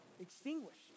extinguished